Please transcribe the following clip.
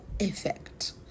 effect